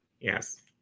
yes